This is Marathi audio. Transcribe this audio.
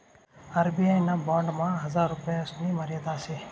आर.बी.आय ना बॉन्डमा हजार रुपयासनी मर्यादा शे